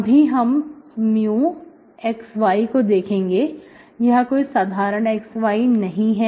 अभी हम μxy को देखेंगे यह कोई साधारण xy नहीं है